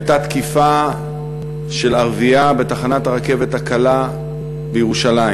הייתה תקיפה של ערבייה בתחנת הרכבת הקלה בירושלים.